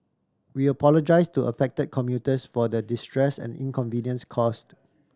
we apologise to affected commuters for the distress and inconvenience caused